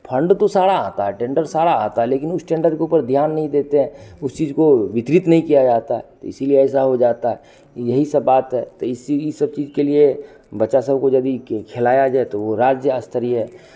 fund तो सारा आता है टेंडर तो सारा आता है लेकिन उस टेंडर के ऊपर ध्यान नहीं देते हैं उस चीज़ को वितरित नहीं किया जाता तो इसीलिए ऐसा हो जाता यही सब बात है तो इस ई सब चीज़ के लिए बच्चा सब को यदि खेलाया जाए तो वो राज्य स्तरीय